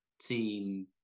team